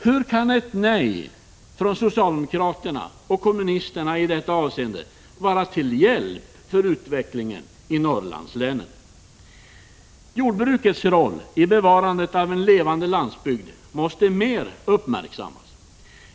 : Hur kan ett nej från socialdemokraterna och kommunisterna i detta avseende vara till hjälp för utvecklingen i Norrlandslänen? 123 Jordbrukets roll i bevarandet av en levande landsbygd måste mer uppmärksammas.